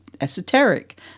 esoteric